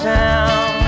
town